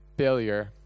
failure